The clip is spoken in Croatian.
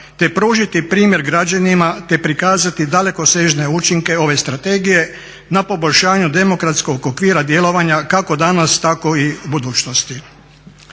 te pružiti primjer građanima, te prikazati dalekosežne učinke ove strategije na poboljšanju demokratskog okvira djelovanja kako danas, tako i u budućnosti.